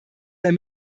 der